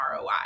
ROI